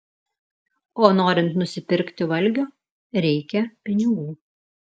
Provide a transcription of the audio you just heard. o norint nusipirkti valgio reikia pinigų